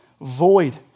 void